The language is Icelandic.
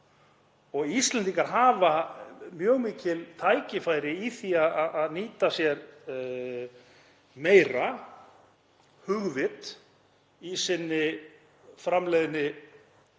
Íslendingar hafa mjög mikil tækifæri í því að nýta sér meira hugvit í sinni framleiðni